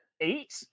eight